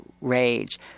rage